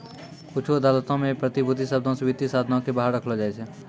कुछु अदालतो मे प्रतिभूति शब्दो से वित्तीय साधनो के बाहर रखलो जाय छै